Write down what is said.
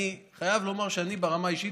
אני חייב לומר שאני ברמה האישית,